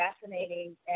fascinating